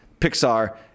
Pixar